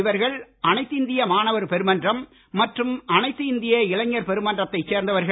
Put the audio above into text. இவர்கள் அனைத்து இந்திய மாணவர் பெருமன்றம் மற்றும் அனைத்து இந்திய இளைஞர் பெருமன்றத்தைச் சேர்ந்தவர்கள்